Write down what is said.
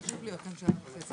הישיבה ננעלה בשעה 11:31.